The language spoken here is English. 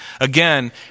again